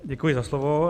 Děkuji za slovo.